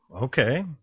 Okay